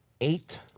eight